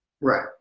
Right